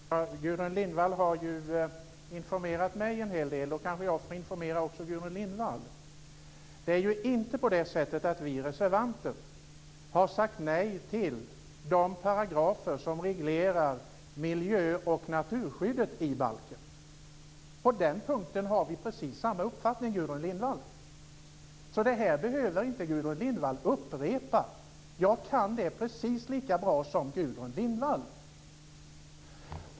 Fru talman! Gudrun Lindvall har informerat mig en hel del. Då kanske jag också får informera Gudrun Vi reservanter har inte sagt nej till de paragrafer som reglerar miljö och naturskyddet i balken. På den punkten har vi precis samma uppfattning, Gudrun Lindvall. Det här behöver därför Gudrun Lindvall inte upprepa. Jag kan det här precis lika bra som Gudrun Lindvall.